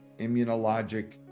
immunologic